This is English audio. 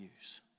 use